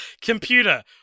computer